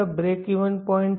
break even point છે